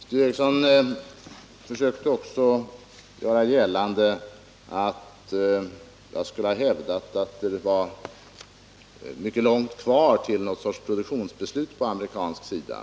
Sture Ericson försökte göra gällande att jag skulle ha hävdat att det var mycket långt kvar till ett produktionsbeslut på amerikansk sida.